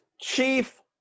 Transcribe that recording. Chief